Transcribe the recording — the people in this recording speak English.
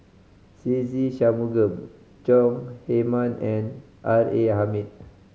Se Ve Shanmugam Chong Heman and R A Hamid